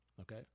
Okay